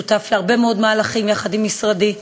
ואתה שותף להרבה מאוד מהלכים יחד עם משרדי.